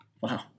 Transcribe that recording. Wow